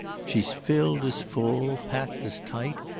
she's filled as full, packed as tight,